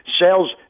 sales